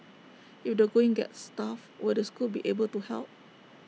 if the going gets tough will the school be able to help